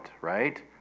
right